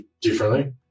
differently